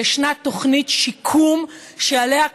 וישנה תוכנית שיקום שעליה,